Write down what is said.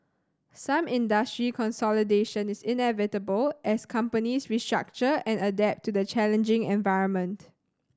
some industry consolidation is inevitable as companies restructure and adapt to the challenging environment